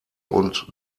und